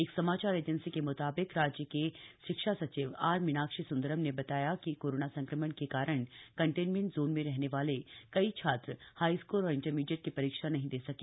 एक समाचार एजेंसी के मुताबिक राज्य के शिक्षा सचिव आर मीनाक्षी सुंदरम ने बताया कि कोरोना संक्रमण के कारण कंटेंनमेंट जोन में रहने वाले कई छात्र हाईस्कूल और इंटरमीडिएट की परीक्षा नहीं दे सके